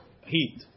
heat